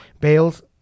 Bales